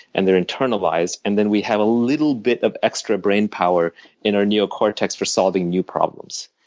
and they're internalized. and then we have a little bit of extra brain power in our neocortex for solving new problems.